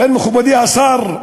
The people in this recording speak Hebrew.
לכן, מכובדי השר,